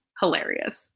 hilarious